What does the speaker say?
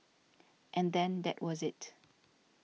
and then that was it